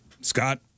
Scott